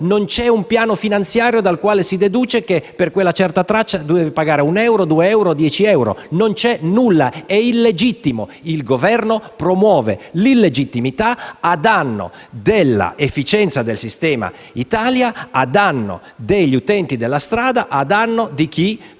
Non c'è un piano finanziario dal quale si deduce che per quella certa tratta si deve pagare uno, due o dieci euro. Non c'è nulla, è illegittimo. Il Governo promuove l'illegittimità a danno dell'efficienza del sistema Italia, a danno degli utenti della strada e a danno di chi,